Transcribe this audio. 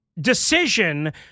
decision